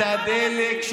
את הדלק,